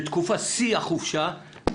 בשיא החופשה,